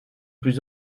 plus